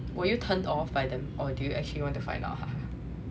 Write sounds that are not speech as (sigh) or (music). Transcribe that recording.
were you turned off by them or do you actually want to find out (laughs)